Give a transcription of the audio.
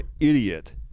idiot